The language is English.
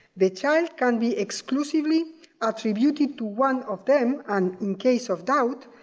the child can be exclusively attributed to one of them and in case of doubt,